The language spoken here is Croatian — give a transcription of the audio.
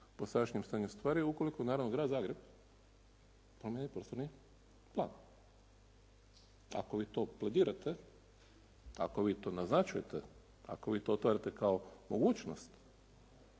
po sadašnjem stanju stvari ukoliko naravno Grad Zagreb promijeni prostorni plan. Ako vi to pledirate, ako vi to naznačujete, ako vi to odgovarate kao mogućnost